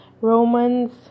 Romans